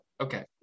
okay